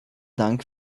dank